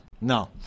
no